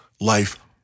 life